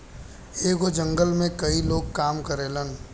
एगो जंगल में कई लोग काम करेलन